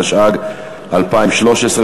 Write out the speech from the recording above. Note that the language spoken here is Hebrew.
התשע"ג 2013,